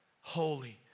Holy